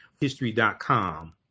history.com